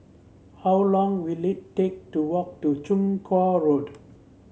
how long will it take to walk to Chong Kuo Road